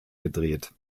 gedreht